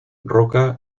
roca